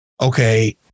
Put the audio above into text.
Okay